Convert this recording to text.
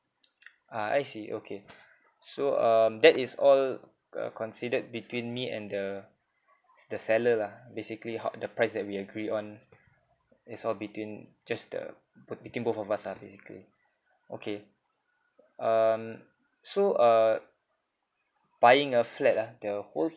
ah I see okay so um that is all uh considered between me and the the seller lah basically how the price that we agree on is all between just the bet~ between both of us ah basically okay um so uh buying a flat ah the whole